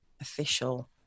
official